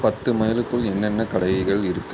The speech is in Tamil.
பத்து மைலுக்குள் என்னென்ன கடைகள் இருக்கு